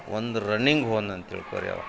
ಒಂದು ರನ್ನಿಂಗ್ ಹೋನಂದ್ ತಿಳ್ಕೊರಿ ಅವ